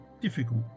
difficult